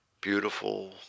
beautiful